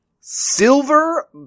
Silver